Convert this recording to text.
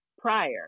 prior